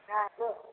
हँ